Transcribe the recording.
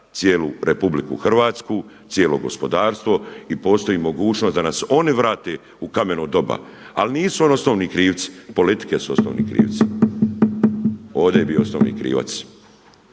cijelu RH, cijelo gospodarstvo i postoji mogućnost da nas oni vrate u kameno doba. Ali nisu oni osnovni krivci, politike su osnovni krivci. Ovdje je bio osnovni krivac.